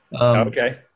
Okay